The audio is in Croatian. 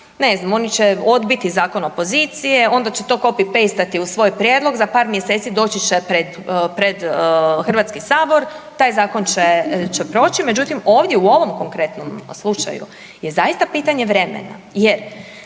ne znam oni će odbiti zakon opozicije, onda će to copy pastati u svoj prijedlog, za par mjeseci doći će pred, pred HS, taj zakon će proći. Međutim, ovdje u ovom konkretnom slučaju je zaista pitanje vremena jer